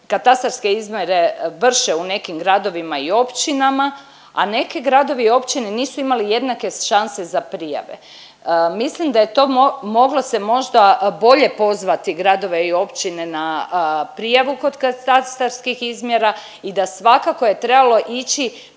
katastarske izmjere vrše u nekim gradovima i općinama, a neki gradovi i općine nisu imali jednake šanse za prijave. Mislim da je to moglo se možda bolje pozvati gradove i općine na prijavu kod katastarskih izmjera i da svakako je trebalo ići